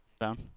Down